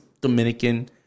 Dominican